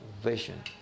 vision